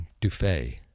DuFay